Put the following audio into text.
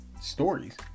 stories